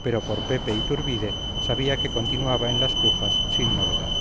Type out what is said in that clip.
pero por pepe iturbide sabía que continuaba en las cujas sin novedad